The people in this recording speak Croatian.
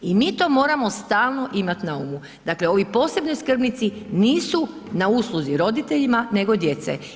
I mi to moramo stalno imati na umu, dakle ovi posebni skrbnici nisu na usluzi roditeljima nego djeci.